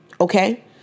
Okay